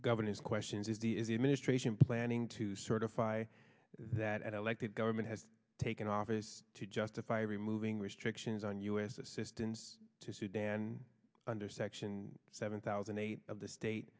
governance questions is the is the administration planning to certify that elected government has taken office to justify removing restrictions on u s assistance to sudan under section seven thousand eight of the state